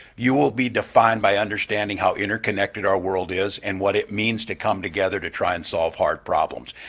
you will be defined by understanding how interconnected our world is and what it means to come together to try and solve hard problems.